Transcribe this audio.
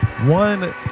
One